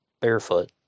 barefoot